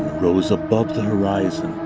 rose above the horizon.